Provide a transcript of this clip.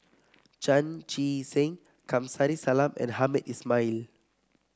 Chan Chee Seng Kamsari Salam and Hamed Ismail